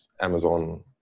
Amazon